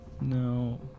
No